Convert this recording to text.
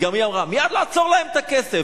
גם היא אמרה: מייד לעצור להם את הכסף.